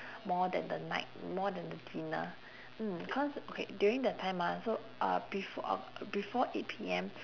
more than the night more than the dinner mm cause okay during the time mah so uh before before eight P M